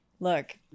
Look